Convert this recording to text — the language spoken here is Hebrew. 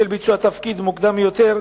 בשל ביצוע התפקיד מוקדם יותר,